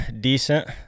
decent